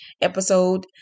episode